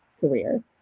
career